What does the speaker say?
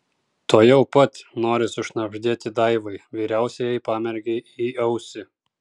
tuojau pat nori sušnabždėti daivai vyriausiajai pamergei į ausį